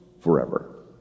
forever